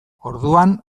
orduan